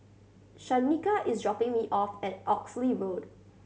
Shaniqua is dropping me off at Oxley Road